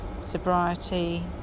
sobriety